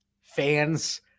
fans